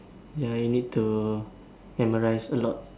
ya you need to memorize a lot